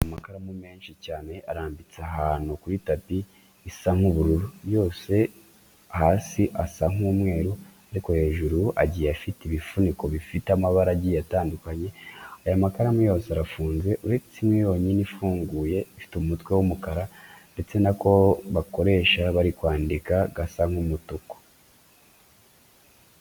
Amakaramu menshi cyane arambitse ahantu kuri tapi isa nk'ubururu, yose hasi asa nk'umweru ariko hejuru agiye afite ibifuniko bifite amabara agiye atandukanye. Aya makaramu yose arafunze uretse imwe yonyine bafunguye ifite umutwe w'umukara ndetse n'ako bakoresha bari kwandika gasa nk'umutuku.